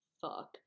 fuck